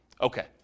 Okay